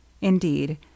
Indeed